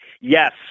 Yes